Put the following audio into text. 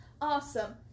Awesome